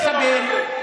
לא היית רואה אותם.